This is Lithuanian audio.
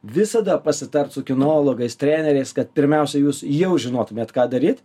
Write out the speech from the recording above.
visada pasitart su kinologais treneriais kad pirmiausia jūs jau žinotumėt ką daryt